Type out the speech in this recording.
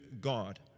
God